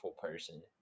person